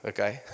Okay